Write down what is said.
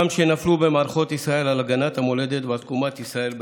שנפלו במערכות ישראל על הגנת המולדת ועל תקומת ישראל בארצו.